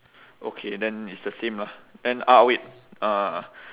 okay then it's the same lah then ah wait uh